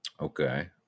okay